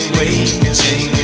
waiting